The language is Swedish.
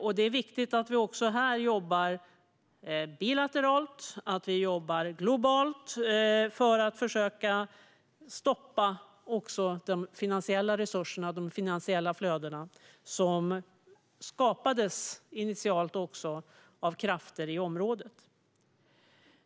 Det är viktigt att vi också här jobbar bilateralt och globalt för att försöka stoppa också de finansiella resurserna och flödena, som initialt skapades av krafter i området.